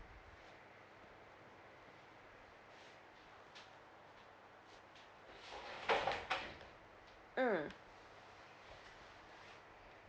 mm